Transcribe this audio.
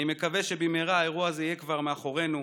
אני מקווה שבמהרה האירוע זה יהיה כבר מאחורינו,